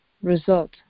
result